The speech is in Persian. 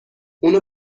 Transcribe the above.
اونو